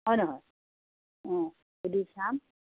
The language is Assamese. হয় নহয় অঁ সুধি চাম